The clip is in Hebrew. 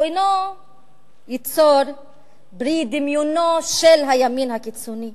הם לא פרי דמיונו של הימין הקיצוני,